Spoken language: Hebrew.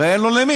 הרי אין לו למי,